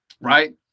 right